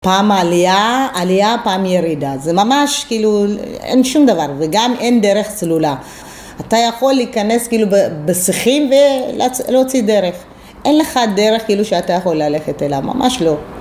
פעם עלייה, עלייה, פעם ירידה. זה ממש כאילו אין שום דבר וגם אין דרך צלולה. אתה יכול להיכנס כאילו בשיחים ולהוציא דרך. אין לך דרך כאילו שאתה יכול ללכת אליו, ממש לא.